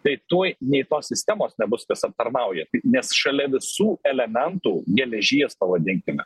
tai tuoj nei tos sistemos nebus kas aptarnauja tai nes šalia visų elementų geležies pavadinkime